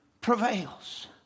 prevails